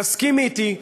תסכימי אתי,